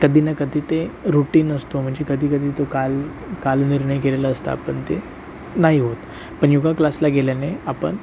कधी ना कधी ते रुटीन असतो म्हणजे कधीकधी तो काल कालनिर्णय केलेलं असतं आपण ते नाही होत पण योगा क्लासला गेल्याने आपण